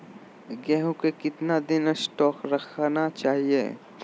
गेंहू को कितना दिन स्टोक रखना चाइए?